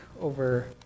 over